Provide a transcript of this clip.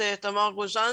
זו פשוט עבודה בעיניים,